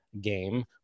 game